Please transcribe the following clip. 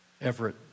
Everett